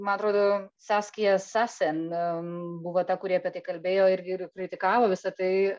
man atrodo saskia sassen n buvo ta kuri apie tai kalbėjo ir ir kritikavo visa tai